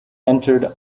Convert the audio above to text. entered